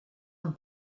een